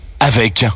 avec